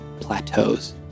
plateaus